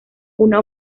una